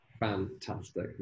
fantastic